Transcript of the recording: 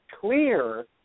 clear